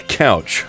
couch